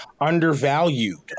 undervalued